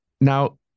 Now